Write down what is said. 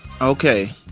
Okay